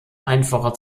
einfacher